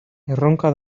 erronka